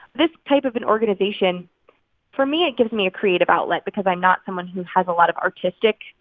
this type of an organization for me, it gives me a creative outlet because i'm not someone who has a lot of artistic,